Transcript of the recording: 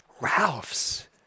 Ralph's